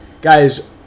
guys